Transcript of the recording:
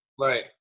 right